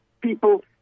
people